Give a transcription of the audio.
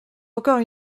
encore